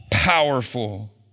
powerful